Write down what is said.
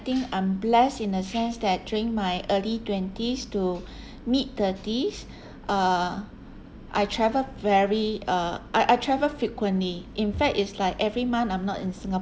think I'm blessed in a sense that during my early twenties to mid-thirties uh I travel very uh I I travel frequently in fact it's like every month I'm not in singapore